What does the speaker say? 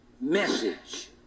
message